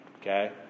okay